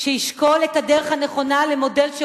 כמו שחשבנו על מודל המילואים,